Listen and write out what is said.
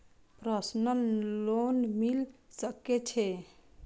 Personal loan मिल सके छे?